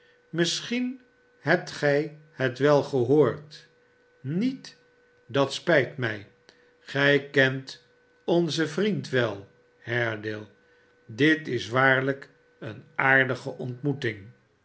misschien hebt gij het wel gehoord niet dat spijt mij gij kent onzen vriend wel haredale dit is waarlijk eene aardige ontmoeting